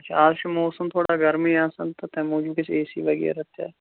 اچھا اَز چھُ موسَم تھوڑا گَرمی آسان تہٕ تَمہِ موٗجوٗب گَژھِ اے سی وغیرہ تہِ